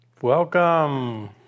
Welcome